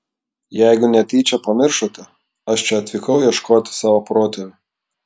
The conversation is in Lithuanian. jeigu netyčia pamiršote aš čia atvykau ieškoti savo protėvių